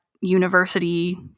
university